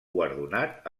guardonat